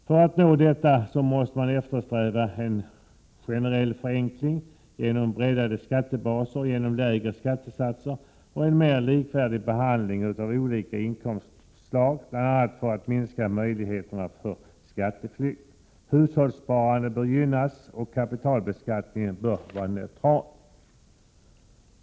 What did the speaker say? För att nå detta måste man eftersträva en generell förenkling genom breddade skattebaser och lägre skattesatser och en mer likvärdig behandling av olika inkomstslag, bl.a. för att minska möjligheterna till skatteflykt. Hushållssparande bör gynnas och kapitalbeskattningen bör vara neutral.